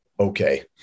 okay